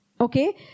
okay